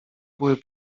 były